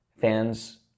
fans